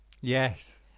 Yes